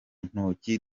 ntoki